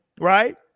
right